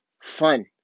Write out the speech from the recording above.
fun